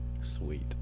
Sweet